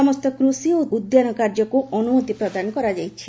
ସମସ୍ତ କୃଷି ଓ ଉଦ୍ୟାନ କାର୍ଯ୍ୟକୁ ଅନୁମତି ପ୍ରଦାନ କରାଯାଇଛି